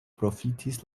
profitis